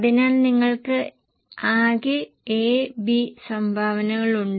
അതിനാൽ നിങ്ങൾക്ക് ആകെ A B സംഭാവനകൾ ഉണ്ട്